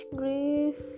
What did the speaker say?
grief